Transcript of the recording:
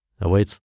awaits